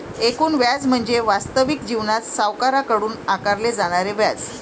एकूण व्याज म्हणजे वास्तविक जीवनात सावकाराकडून आकारले जाणारे व्याज